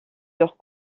leur